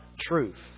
truth